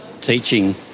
teaching